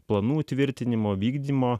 planų tvirtinimo vykdymo